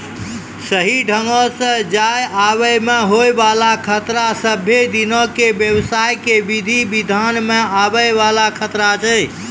सही ढंगो से जाय आवै मे होय बाला खतरा सभ्भे दिनो के व्यवसाय के विधि विधान मे आवै वाला खतरा छै